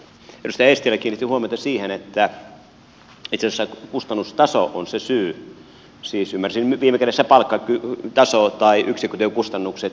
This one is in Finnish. edustaja eestilä kiinnitti huomiota siihen että itse asiassa kustannustaso on se syy siis ymmärsin että viime kädessä palkkataso tai yksikkötyökustannukset